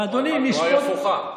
אבל התנועה היא הפוכה.